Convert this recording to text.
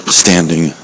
standing